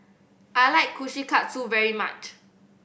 I like Kushikatsu very much